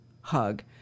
hug